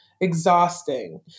exhausting